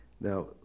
Now